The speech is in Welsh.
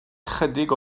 ychydig